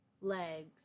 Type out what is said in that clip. legs